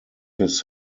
his